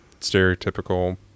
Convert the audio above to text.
stereotypical